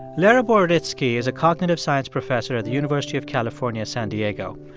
lera boroditsky is a cognitive science professor at the university of california, san diego.